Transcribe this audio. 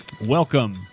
welcome